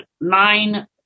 nine